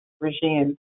regime